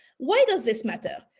why does this matter?